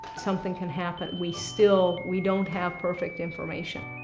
something can happen. we still, we don't have perfect information.